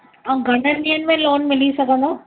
ऐं घणनि ॾींहंनि में लोन मिली सघंदो